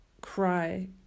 cry